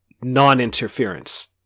non-interference